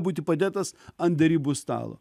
būti padėtas ant derybų stalo